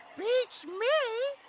beats me.